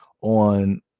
on